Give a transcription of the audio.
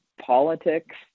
politics